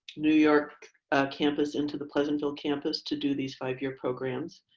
new york campus into the pleasantville campus to do these five-year programs.